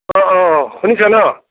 অঁ অঁ অঁ শুনিছ ন